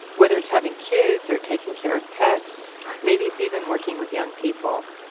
whether it's having kids or taking care of pets maybe it's even working with young people,